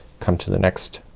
come to the next